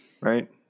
right